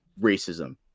racism